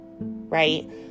right